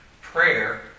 prayer